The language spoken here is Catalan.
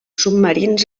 submarins